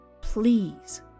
please